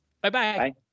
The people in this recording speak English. Bye-bye